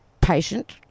patient